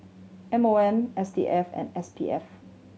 M O M S T S and S P F